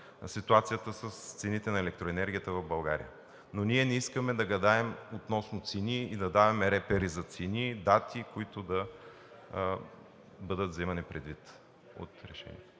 на ситуацията с цените на електроенергията в България. Но ние не искаме да гадаем относно цени и да даваме репери за цени и дати, които да бъдат вземани предвид от Решението.